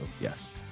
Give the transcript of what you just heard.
yes